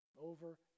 over